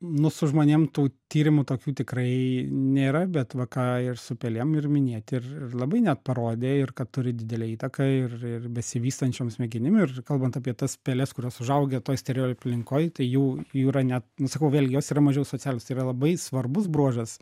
nu su žmonėm tų tyrimų tokių tikrai nėra bet va ką ir su pelėm ir minėjot ir ir labai net parodė ir kad turi didelę įtaką ir ir besivystančiom smegenim ir kalbant apie tas peles kurios užaugę toj sterioj aplinkoj tai jau jų yra ne nu sakau vėlgi jos yra mažiau socialios tai yra labai svarbus bruožas